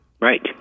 right